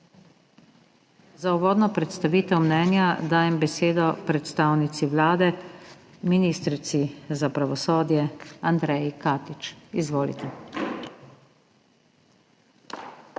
Za uvodno predstavitev mnenja dajem besedo predstavnici Vlade, ministrici za pravosodje Andreji Katič. Izvolite.